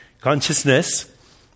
Consciousness